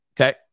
Okay